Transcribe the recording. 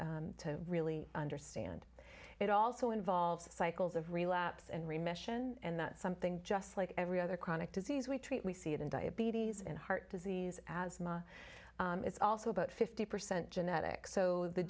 important to really understand it also involves cycles of relapse and remission and that something just like every other chronic disease we treat we see it in diabetes and heart disease asthma is also about fifty percent genetics so the